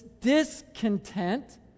discontent